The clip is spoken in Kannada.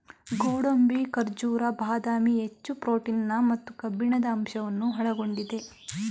ಗೋಡಂಬಿ, ಖಜೂರ, ಬಾದಾಮಿ, ಹೆಚ್ಚು ಪ್ರೋಟೀನ್ ಮತ್ತು ಕಬ್ಬಿಣದ ಅಂಶವನ್ನು ಒಳಗೊಂಡಿದೆ